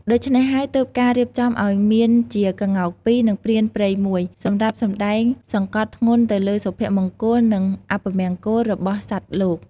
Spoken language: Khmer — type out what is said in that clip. ដូច្នេះហើយទើបការរៀបចំឱ្យមានជាកោ្ងកពីរ និងព្រានព្រៃមួយ សម្រាប់សម្តែងសង្កត់ធ្ងន់ទៅលើសុភមង្គល និង អពមង្គលរបស់សត្វលោក ។